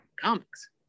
comics